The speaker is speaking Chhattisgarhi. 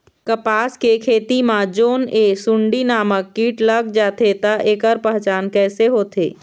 कपास के खेती मा जोन ये सुंडी नामक कीट लग जाथे ता ऐकर पहचान कैसे होथे?